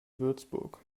würzburg